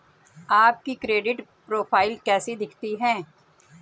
आपकी credit profile कैसी दिखती है?